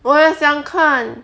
我也想看